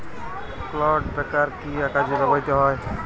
Clod breaker কি কাজে ব্যবহৃত হয়?